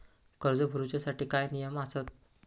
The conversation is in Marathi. कर्ज भरूच्या साठी काय नियम आसत?